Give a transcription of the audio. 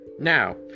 Now